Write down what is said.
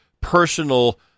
personal